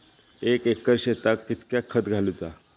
एक एकर शेताक कीतक्या खत घालूचा?